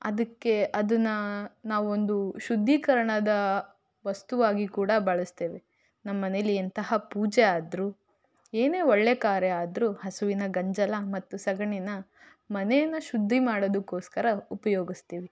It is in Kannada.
ಅದಕ್ಕೆ ಅದನ್ನು ನಾವೊಂದು ಶುದ್ದೀಕರಣದ ವಸ್ತುವಾಗಿ ಕೂಡ ಬಳಸ್ತೇವೆ ನಮ್ಮನೇಲಿ ಎಂತಹ ಪೂಜೆ ಆದರೂ ಏನೇ ಒಳ್ಳೆಯ ಕಾರ್ಯ ಆದರೂ ಹಸುವಿನ ಗಂಜಲ ಮತ್ತು ಸಗಣಿನ ಮನೆಯನ್ನು ಶುದ್ದಿ ಮಾಡೋದಕ್ಕೋಸ್ಕರ ಉಪಯೋಗಿಸ್ತೀವಿ